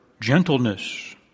gentleness